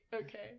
Okay